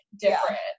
different